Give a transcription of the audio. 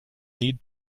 need